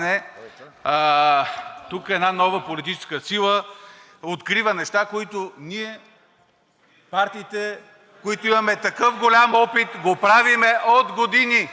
не една нова политическа сила открива неща, които ние – партиите, които имаме такъв голям опит, го правим от години.